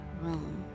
room